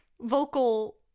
vocal